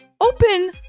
open